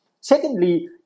Secondly